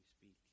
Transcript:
speak